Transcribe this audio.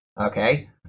Okay